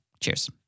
Cheers